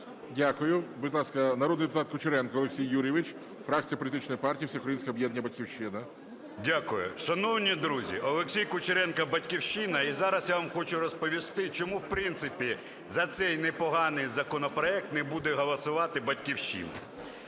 Дякую. Будь ласка, народний депутат Кучеренко Олексій Юрійович, фракція політичної партії "Всеукраїнське об'єднання "Батьківщина". 13:01:00 КУЧЕРЕНКО О.Ю. Дякую. Шановні друзі, Олексій Кучеренко, "Батьківщина". І зараз я вам хочу розповісти, чому в принципі за цей непоганий законопроект не буде голосувати "Батьківщина".